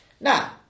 now